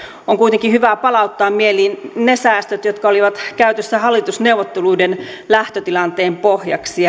on kuitenkin hyvä palauttaa mieliin ne säästöt jotka olivat käytössä hallitusneuvotteluiden lähtötilanteen pohjaksi